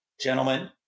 gentlemen